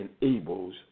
enables